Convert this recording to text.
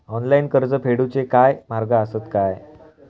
Online कर्ज फेडूचे काय मार्ग आसत काय?